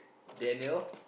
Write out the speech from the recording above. Daniel